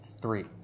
Three